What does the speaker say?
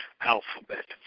alphabet